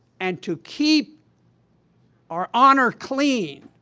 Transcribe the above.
and to keep our honor clean.